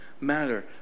matter